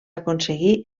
aconseguí